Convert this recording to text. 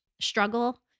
struggle